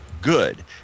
good